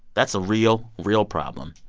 that's a real, real problem.